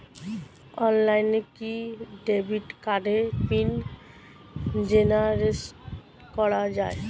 অনলাইনে কি ডেবিট কার্ডের পিন জেনারেট করা যায়?